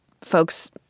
folks